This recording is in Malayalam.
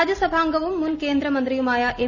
രാജ്യസഭാംഗവും മുൻകേന്ദ്രമന്ത്രിയുമായ എം